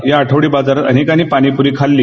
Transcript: या आठवडी बाजारात अनेकांनी पाणीप्री खाल्ली